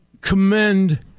commend